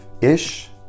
ish